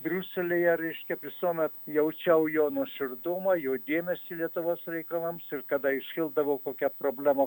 briuselyje reiškia visuomet jaučiau jo nuoširdumą jo dėmesį lietuvos reikalams ir kada iškildavo kokia problema